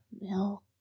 milk